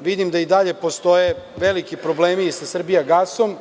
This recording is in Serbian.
vidim da i dalje postoje veliki problemi i sa „Srbijagasom“,